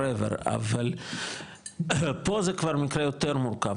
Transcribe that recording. אבל פה זה כבר מקרה יותר מורכב,